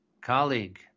colleague